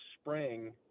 spring